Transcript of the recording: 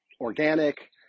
organic